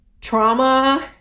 trauma